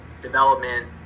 development